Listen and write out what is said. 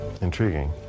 Intriguing